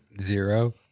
Zero